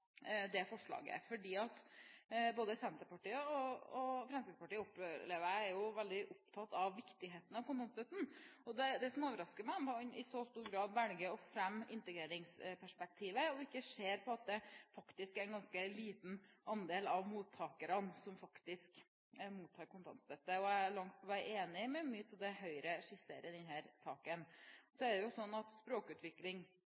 dette forslaget, for jeg opplever at både Senterpartiet og Fremskrittspartiet er veldig opptatt av viktigheten av kontantstøtten. Det som overrasker meg, er at man i så stor grad velger å fremme integreringsperspektivet og ikke ser på at det faktisk er en ganske liten andel av innvandrerne som mottar kontantstøtte. Jeg er langt på vei enig i mye av det Høyre skisserer i denne saken. Så